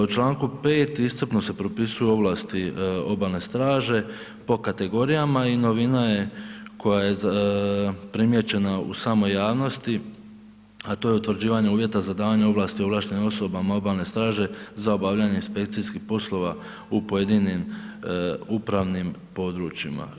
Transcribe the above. U članku 5. iscrpno se propisuju ovlasti obalne straže po kategorijama i novina je koja je primijećena u samoj javnosti a to je utvrđivanje uvjeta za davanje ovlasti ovlaštenim osobama obalne straže za obavljanje inspekcijskih poslova u pojedinim upravnim područjima.